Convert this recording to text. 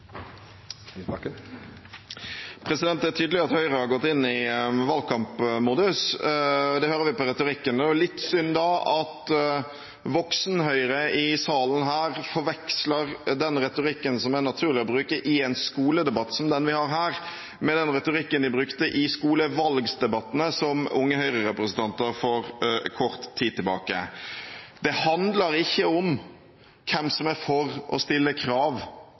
tydelig at Høyre har gått inn i valgkampmodus, det hører vi på retorikken. Da er det litt synd at Voksen-Høyre i salen her forveksler den retorikken som er naturlig å bruke i en skoledebatt som den vi har her, med den retorikken de brukte i skolevalgdebattene som Unge Høyre-representanter for kort tid tilbake. Det handler ikke om hvem som er for å stille krav.